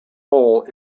hole